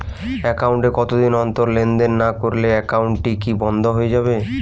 Account এ কতদিন অন্তর লেনদেন না করলে একাউন্টটি কি বন্ধ হয়ে যাবে?